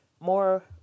more